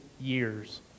years